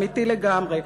אמיתי לגמרי,